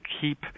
keep